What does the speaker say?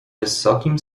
wysokim